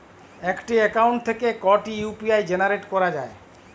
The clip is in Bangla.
একটি অ্যাকাউন্ট থেকে কটি ইউ.পি.আই জেনারেট করা যায়?